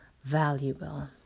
valuable